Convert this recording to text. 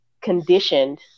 conditioned